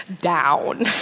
down